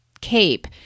CAPE